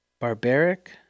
barbaric